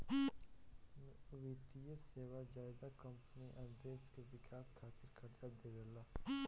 वित्तीय सेवा ज्यादा कम्पनी आ देश के विकास खातिर कर्जा देवेला